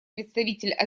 представитель